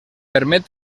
permet